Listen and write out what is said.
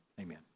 Amen